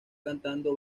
cantando